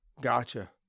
gotcha